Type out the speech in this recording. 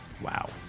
Wow